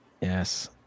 yes